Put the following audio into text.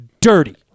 dirty